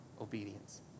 obedience